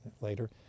later